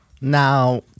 now